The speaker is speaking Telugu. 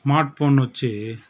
స్మార్ట్ ఫోన్ వచ్చి